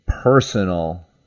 personal